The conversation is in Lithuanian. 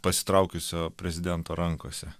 pasitraukusio prezidento rankose